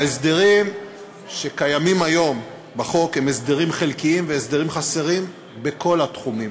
ההסדרים שקיימים היום בחוק הם הסדרים חלקיים והסדרים חסרים בכל התחומים,